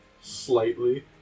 slightly